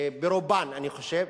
ברובן אני חושב,